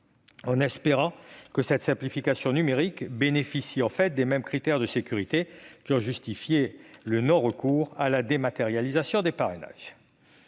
évidemment que cette simplification numérique bénéficie des mêmes critères de sécurité qui justifient le non-recours à la dématérialisation des parrainages